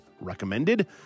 recommended